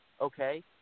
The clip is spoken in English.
Okay